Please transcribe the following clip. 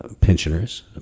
pensioners